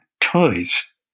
toys